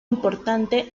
importante